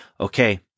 okay